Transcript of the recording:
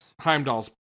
heimdall's